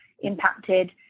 impacted